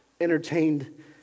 entertained